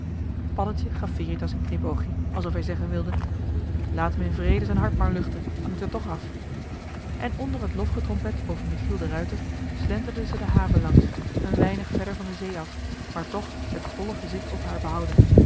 paddeltje gaf veritas een knipoogje alsof hij zeggen wilde laat m in vrede z'n hart maar luchten t moet er toch af en onder het lofgetrompet over michiel de ruijter slenterden ze de haven langs een weinig verder van de zee af maar toch het volle gezicht op haar behoudend